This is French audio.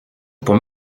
pour